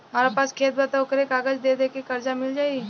हमरा पास खेत बा त ओकर कागज दे के कर्जा मिल जाई?